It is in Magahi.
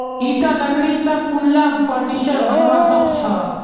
ईटा लकड़ी स कुनला फर्नीचर बनवा सख छ